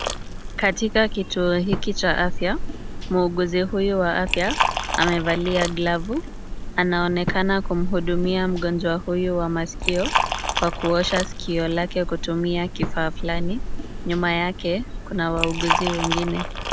Katika kituo hiki cha afya, muuguzi huyu wa afya amevalia glavu. Anaonekana kumhudumia mgonjwa huyu wa masikio kwa kuosha sikio lake kutumia kifaa fulani. Nyuma yake kuna wauguzi wengine.